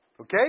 Okay